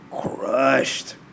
crushed